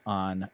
on